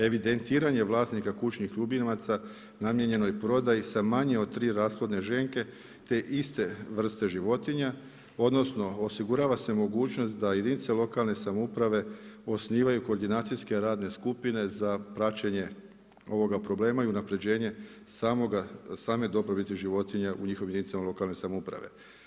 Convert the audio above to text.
Evidentiranje vlasnika kućnih ljubimaca, namijenjenoj prodaji sa manje od 3 rashodne ženke te iste vrste životinja, odnosno, osigurava se mogućnost da jedinice lokalne samouprave osnivaju koordinacijske radne skupine za praćenje ovoga problema i unapređenje same … životinja u njihovim jedinicama lokalne samouprave.